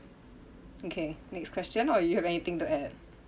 okay next question or you have anything to add